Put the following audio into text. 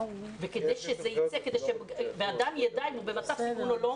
כדי שאדם ידע אם הוא במצב סיכון או לא,